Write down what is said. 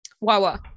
Wawa